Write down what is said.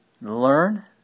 learn